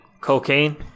Cocaine